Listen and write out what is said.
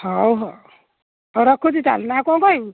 ହଉ ହଉ ହଉ ରଖୁଛି ତାହେଲେ ନା ଆଉ କ'ଣ କହିବୁ